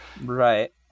Right